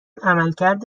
عملکرد